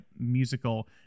musical